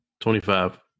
Twenty-five